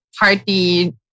party